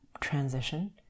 transition